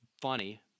Funny